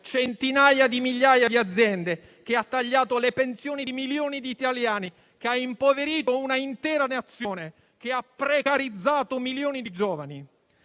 centinaia di migliaia di aziende, che ha tagliato le pensioni di milioni di italiani, che ha impoverito un'intera Nazione, che ha precarizzato milioni di giovani?